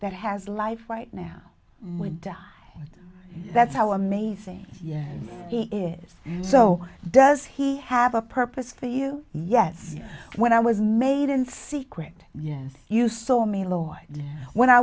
that has life right now that's how amazing yeah is so does he have a purpose for you yes when i was made in secret yes you